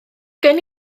gen